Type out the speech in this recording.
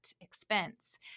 expense